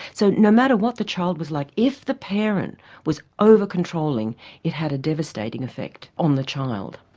so no matter what the child was like, if the parent was over-controlling it had a devastating effect on the child.